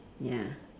ya